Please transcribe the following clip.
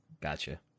Gotcha